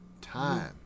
time